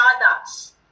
products